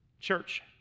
Church